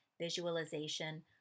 visualization